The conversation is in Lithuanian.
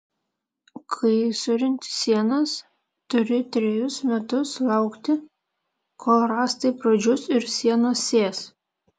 kai surenti sienas turi trejus metus laukti kol rąstai pradžius ir sienos sės